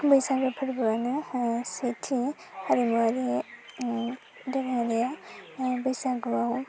बैसागु फोरबोआनो सेथि हारिमुवारि देखायनाया बैसागुआव